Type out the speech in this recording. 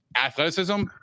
athleticism